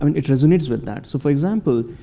i mean it resonates with that. so for example,